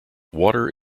water